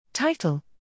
Title